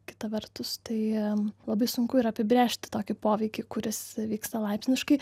kita vertus tai labai sunku ir apibrėžti tokį poveikį kuris vyksta laipsniškai